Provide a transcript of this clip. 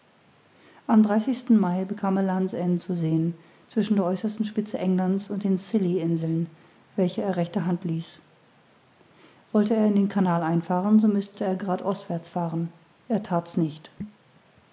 am mai bekam er lands end zu sehen zwischen der äußersten spitze englands und den scilly inseln welche er rechter hand ließ wollte er in den canal einfahren so mußte er grad ostwärts fahren er that's nicht